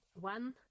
one